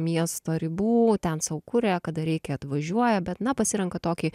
miesto ribų ten sau kuria kada reikia atvažiuoja bet na pasirenka tokį